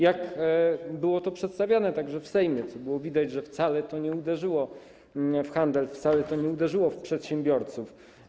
Jak było to przedstawiane także w Sejmie, co było widać, to wcale nie uderzyło w handel, to wcale nie uderzyło w przedsiębiorców.